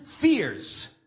fears